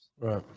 Right